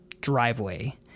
driveway